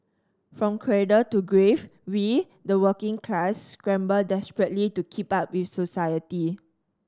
from cradle to grave we the working class scramble desperately to keep up with society